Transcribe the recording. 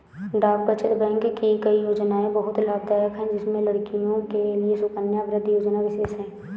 डाक बचत बैंक की कई योजनायें बहुत लाभदायक है जिसमें लड़कियों के लिए सुकन्या समृद्धि योजना विशेष है